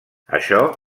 això